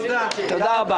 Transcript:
תודה לנו